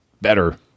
better